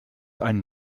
ein